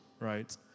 right